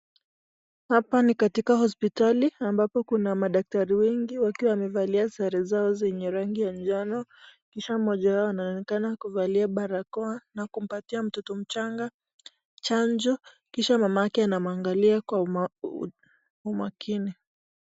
Hapa ni katika hospitali ambapo kuna madaktari wengi wakiwa wamevalia sare zao zenye rangi ya manjano kisha mmoja wao anaonekana kuvalia barakoa na kumpatia mtoto mchanga chanjo kisha mamake anamuangalia kwa umakini .